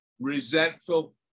resentful